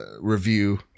review